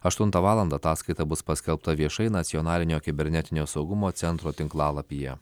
aštuntą valandą ataskaita bus paskelbta viešai nacionalinio kibernetinio saugumo centro tinklalapyje